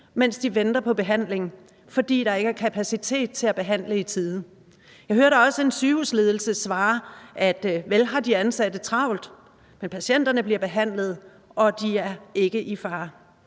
mens de venter på behandling, fordi der ikke er kapacitet til at behandle i tide. Jeg hørte også en sygehusledelse svare: Vel har de ansatte travlt, men patienterne bliver behandlet, og de er ikke i fare.